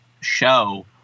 show